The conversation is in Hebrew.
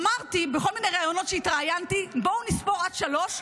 אמרתי בכל מיני ראיונות שהתראיינתי: בואו נספור עד שלוש,